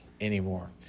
anymore